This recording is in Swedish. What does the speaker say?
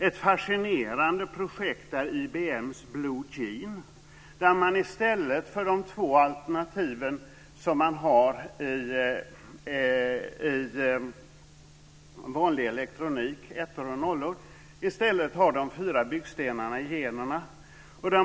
IBM:s Blue Gene superdator är ett fascinerande projekt, där man i stället för de två alternativ som man har i vanlig elektronik, ettor och nollor, använder de fyra byggstenarna i generna.